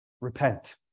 Repent